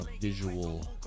visual